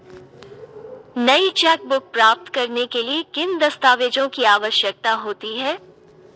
नई चेकबुक प्राप्त करने के लिए किन दस्तावेज़ों की आवश्यकता होती है?